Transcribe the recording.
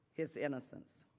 his innocence.